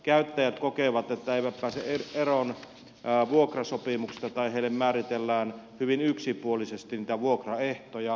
käyttäjät kokevat että he eivät pääse eroon vuokrasopimuksista tai heille määritellään hyvin yksipuo lisesti niitä vuokraehtoja